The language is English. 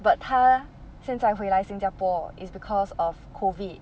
but 他现在回来新加坡 is because of COVID